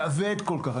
כבד כל כך.